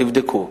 תבדקו,